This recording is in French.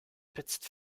petite